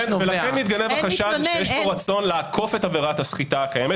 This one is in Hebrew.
לכן מתגנב החשש שיש פה רצון לעקוף את עבירת הסחיטה הקיימת